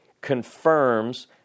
confirms